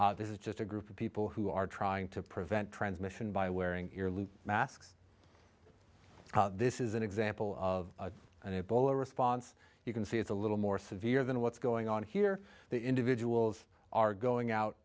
three this is just a group of people who are trying to prevent transmission by wearing ear loop masks this is an example of an ebola response you can see it's a little more severe than what's going on here the individuals are going out